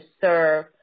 serve